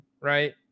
right